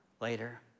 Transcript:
later